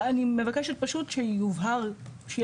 אני מבקשת פשוט שיבהירו גם בנוסח.